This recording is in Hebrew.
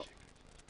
לא.